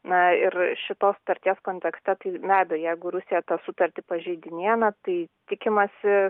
na ir šitos sutarties kontekste tai be abejo jeigu rusija tą sutartį pažeidinėja na tai tikimasi